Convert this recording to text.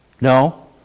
No